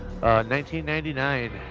1999